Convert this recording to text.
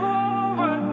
over